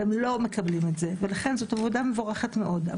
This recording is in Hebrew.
והם לא מקבלים את זה, ולכן זאת עבודה מבורכת מאוד.